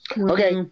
Okay